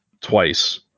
twice